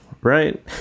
right